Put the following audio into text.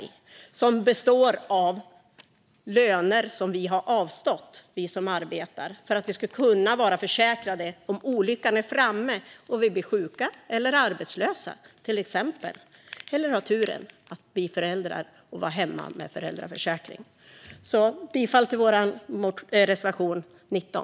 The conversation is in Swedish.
Dessa system består av löner som vi som arbetar har avstått för att vi ska kunna vara försäkrade om olyckan är framme och vi till exempel blir sjuka eller arbetslösa eller om vi har turen att bli föräldrar och vara hemma med föräldraförsäkring. Jag yrkar bifall till Vänsterpartiets reservation 19.